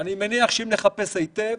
אני מניח שאם נחפש היטב